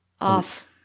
Off